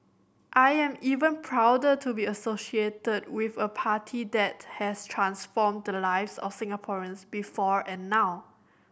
I am even prouder to be associated with a party that has transformed the lives of Singaporeans before and now